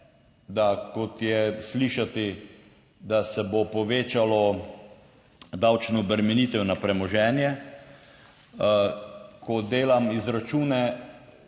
da kot je slišati, da se bo povečalo davčno obremenitev na premoženje. Ko delam izračune,